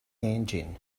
engine